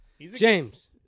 James